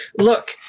Look